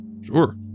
Sure